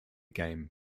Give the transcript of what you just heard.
game